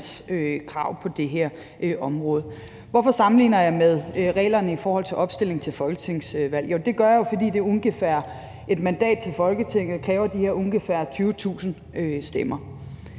landes krav på det her område. Hvorfor sammenligner jeg med reglerne i forhold til opstilling til folketingsvalg? Jo, det gør jeg, fordi et mandat til Folketinget kræver de her ungefær 20.000 stemmer.